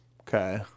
Okay